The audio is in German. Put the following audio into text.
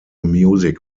music